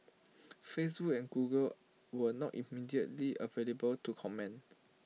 Facebook and Google were not immediately available to comment